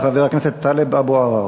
חבר הכנסת טלב אבו עראר.